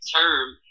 term